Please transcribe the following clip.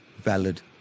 valid